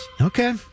Okay